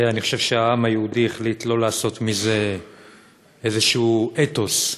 אני חושב שהעם היהודי החליט שלא לעשות מזה איזשהו אתוס,